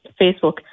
Facebook